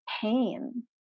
pain